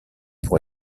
pour